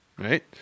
right